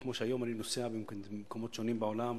כמו שהיום אני נוסע במקומות שונים בעולם,